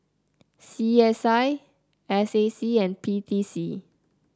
C S I S A C and P T C